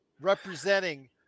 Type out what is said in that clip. representing